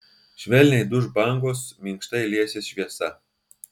švelniai duš bangos minkštai liesis šviesa